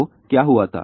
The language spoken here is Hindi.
तो क्या हुआ था